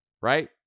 right